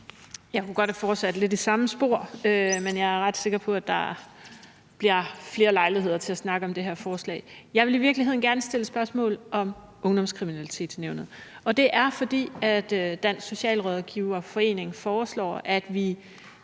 Jeg kunne godt have fortsat lidt i samme spor, men jeg er ret sikker på, at der bliver flere lejligheder til at snakke om det her forslag. Jeg vil i virkeligheden gerne stille et spørgsmål om Ungdomskriminalitetsnævnet. Det er, fordi Dansk Socialrådgiverforening foreslår, at vi